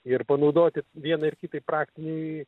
ir panaudoti vienai ir kitai praktinei